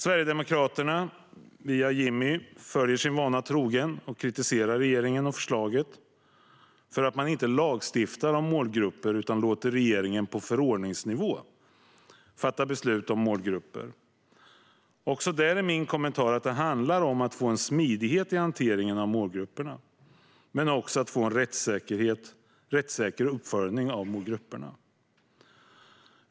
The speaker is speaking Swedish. Sverigedemokraterna, via Jimmy Ståhl, följer sina vanor troget och kritiserar regeringen och förslaget därför att det inte lagstiftas om målgrupper utan regeringen ska fatta beslut om målgrupper på förordningsnivå. Också där är min kommentar att det handlar om att få en smidighet i hanteringen av målgrupperna och att få en rättssäker uppföljning av målgrupperna.